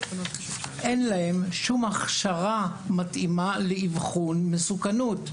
אין להם שום הכשרה מתאימה לאבחון מסוכנות.